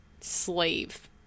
slave